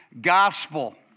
gospel